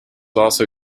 also